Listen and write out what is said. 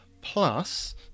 Plus